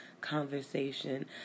conversation